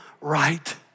right